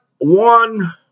one